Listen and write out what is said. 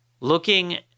looking